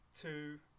two